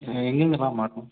எங்கேங்கெல்லாம் மாட்டணும்